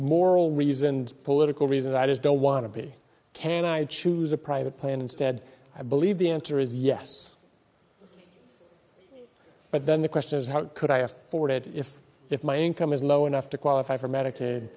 moral reasons political reason i just don't want to be can i choose a private plan instead i believe the answer is yes but then the question is how could i afford it if if my income is low enough to qualify for medica